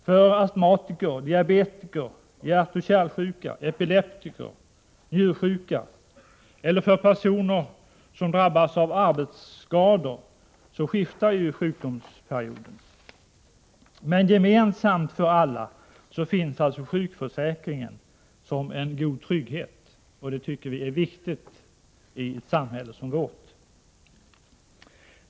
För astmatiker, diabetiker, hjärtoch kärlsjuka, epileptiker, njursjuka eller för personer som drabbats av arbetsskador skiftar sjukdomsperioden. Gemensamt för alla finns sjukförsäkringen som en god trygghet. Det tycker vi är viktigt i ett samhälle som vårt.